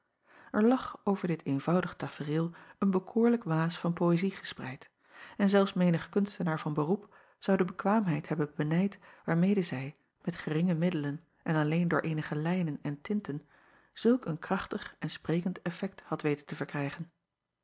r lag over dit eenvoudig tafereel een bekoorlijk waas van poëzie gespreid en zelfs menig kunstenaar van beroep zou de bekwaamheid hebben benijd waarmede zij met geringe middelen en alleen door eenige lijnen en tinten zulk een krachtig en spre acob van ennep laasje evenster delen kend effekt had weten te verkrijgen